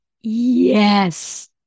yes